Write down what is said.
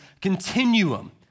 continuum